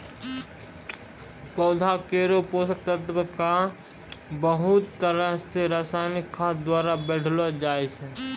पौधा केरो पोषक तत्व क बहुत तरह सें रासायनिक खाद द्वारा बढ़ैलो जाय छै